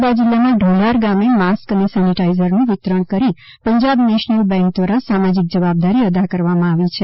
નર્મદા જિલ્લામાં ઢોલાર ગામે માસ્ક અને સેનેટાઈઝરનું વિતરણ કરી પંજાબ નેશનલ બેન્ક દ્વારા સામાજિક જવાબદારી અદા કરવામાં આવી છે